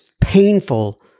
painful